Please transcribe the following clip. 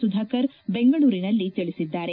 ಸುಧಾಕರ್ ಬೆಂಗಳೂರಿನಲ್ಲಿ ತಿಳಿಸಿದ್ದಾರೆ